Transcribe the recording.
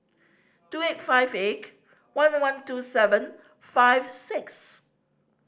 two eight five one one two seven five six